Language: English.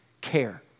care